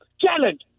challenge